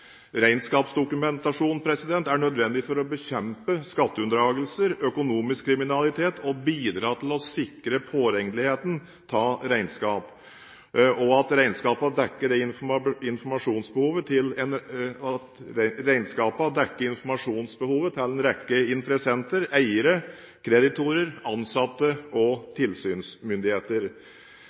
Regnskapsdokumentasjon er nødvendig for å bekjempe skatteunndragelser, økonomisk kriminalitet, og bidra til å sikre påregneligheten av regnskap, og at regnskapene dekker informasjonsbehovet til en rekke interessenter, eiere, kreditorer, ansatte og tilsynsmyndigheter.